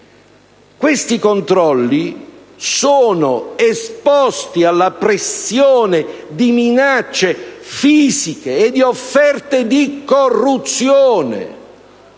Questi controlli sono esposti alla pressione di minacce fisiche e di offerte di corruzione.